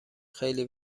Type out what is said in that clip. خیلی